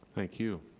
thank you